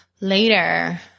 later